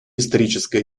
историческое